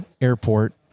airport